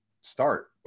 start